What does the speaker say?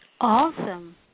Awesome